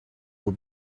will